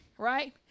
right